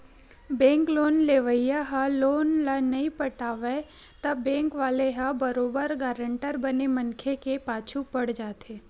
bank loan लेवइया ह loan ल नइ पटावय त बेंक वाले ह बरोबर गारंटर बने मनखे के पाछू पड़ जाथे